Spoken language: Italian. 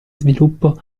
sviluppo